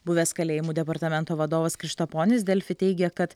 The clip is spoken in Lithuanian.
buvęs kalėjimų departamento vadovas krištaponis delfi teigia kad